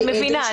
אני מבינה.